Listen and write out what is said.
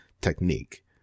technique